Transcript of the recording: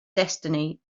destiny